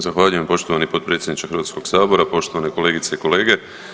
Zahvaljujem poštovani potpredsjedniče Hrvatskog sabora, poštovane kolegice i kolege.